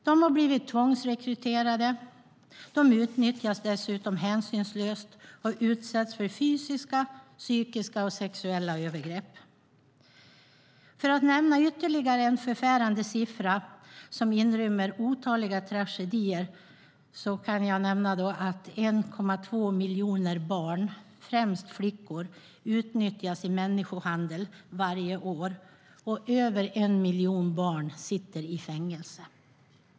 De har blivit tvångsrekryterade. De utnyttjas dessutom hänsynslöst och utsätts för fysiska, psykiska och sexuella övergrepp. För att nämna ytterligare ett par förfärande siffror som rymmer otaliga tragedier är det 1,2 miljoner barn, främst flickor, som utnyttjas i människohandel varje år. Över en miljon barn sitter i fängelse.